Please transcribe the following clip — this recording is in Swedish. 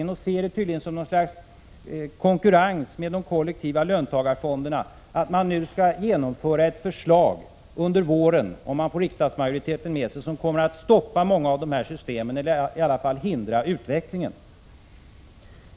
Regeringen anser tydligen att företagen på detta sätt konkurrerar med de kollektiva löntagarfonderna. Därför skall regeringen under våren — om den får riksdagsmajoriteten med sig — genomföra ett förslag som kommer att stoppa, eller åtminstone hindra, utvecklingen av många av dessa system.